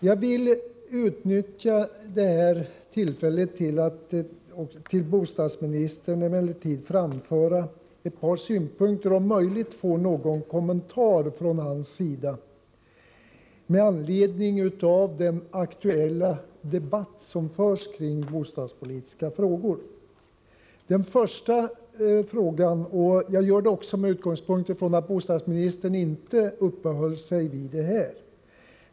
Jag vill emellertid också utnyttja det här tillfället till att till bostadsministern framföra ett par synpunkter och om möjligt få någon kommentar från hans sida med anledning av den aktuella debatt som förs kring bostadspolitiska frågor. Jag gör det också med utgångspunkt i att bostadsministern inte uppehöll sig vid detta.